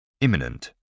Imminent